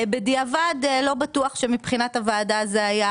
בדיעבד לא בטוח שמבחינת הוועדה זה היה